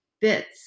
bits